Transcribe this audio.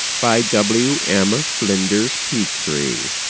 by w m fliders petrie.